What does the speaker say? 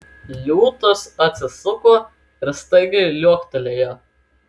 liūtas atsisuko ir staigiai liuoktelėjo